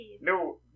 no